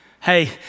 Hey